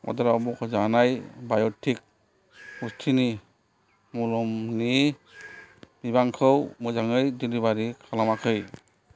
अर्दाराव मुंख'जानाय बाय'टिक गुस्थिनि मलमनि बिबांखौ मोजाङै डेलिबारि खालामाखै